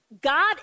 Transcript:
God